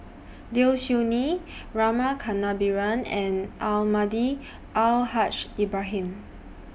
Low Siew Nghee Rama Kannabiran and Almahdi Al Haj Ibrahim